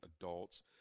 adults